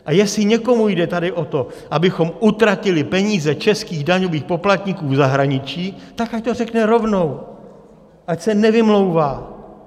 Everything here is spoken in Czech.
A jestli někomu jde tady o to, abychom utratili peníze českých daňových poplatníků v zahraničí, tak ať to řekne rovnou, ať se nevymlouvá.